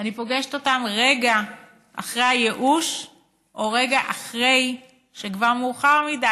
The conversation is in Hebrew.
אני פוגשת אותם רגע אחרי הייאוש או רגע אחרי שכבר מאוחר מדי,